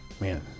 Man